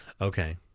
okay